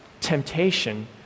temptation